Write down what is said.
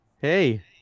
hey